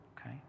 okay